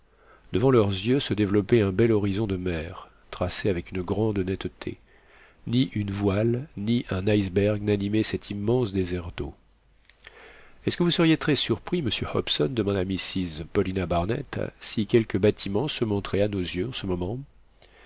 devant leurs yeux se développait un bel horizon de mer tracé avec une grande netteté ni une voile ni un iceberg n'animait cet immense désert d'eau est-ce que vous seriez très surpris monsieur hobson demanda mrs paulina barnett si quelque bâtiment se montrait à nos yeux en ce moment